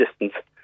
distance